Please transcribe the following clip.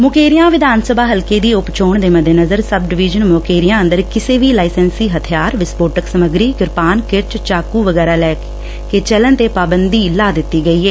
ਮੁਕੇਰੀਆ ਵਿਧਾਨ ਸਭਾ ਹਲਕੇ ਦੀ ਉਪ ਚੋਣ ਦੇ ਮੱਦੇਨਜ਼ਰ ਸਬ ਡਵੀਜ਼ਨ ਮੁਕੇਰੀਆ ਅੰਦਰ ਕਿਸੇ ਵੀ ਲਾਈਸੈਸੀ ਹਥਿਆਰ ਵਿਸ਼ਫੋਟਕ ਸੱਗਮਰੀ ਕਿਰਪਾਨ ਕਿਰਚ ਚਾਕੁ ਵਗੈਰਾ ਲੈ ਕੇ ਚੱਲਣ ਤੇ ਪਾਬੰਦੀ ਲਾ ਦਿੱਤੀ ਗਈ ਏ